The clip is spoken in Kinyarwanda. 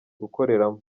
gukoreramo